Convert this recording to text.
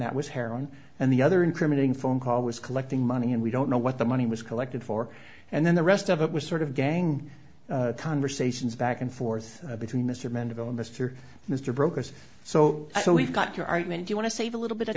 that was heroin and the other incriminating phone call was collecting money and we don't know what the money was collected for and then the rest of it was sort of gang conversations back and forth between mr mandeville mr mr brokers so we've got your argument you want to save a little bit